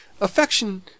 affection